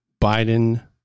Biden